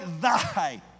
thy